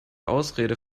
ausrede